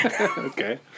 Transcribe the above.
Okay